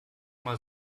mal